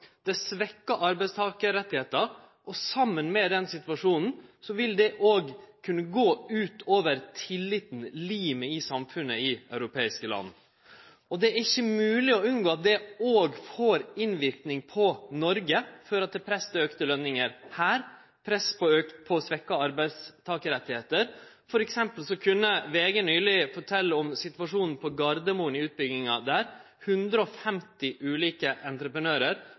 Det er svekte arbeidstakarrettar. Saman med den situasjonen vil det òg kunne gå ut over tilliten, limet i samfunnet i europeiske land. Det er ikkje mogleg å unngå at det òg får innverknad på Noreg og fører til press på lønningar her og press for svekte arbeidstakarrettar. For eksempel kunne VG nyleg fortelje om situasjonen på Gardermoen i utbygginga der – 150 ulike entreprenørar